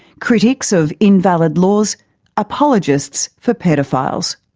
critics of invalid laws apologists for paedophiles.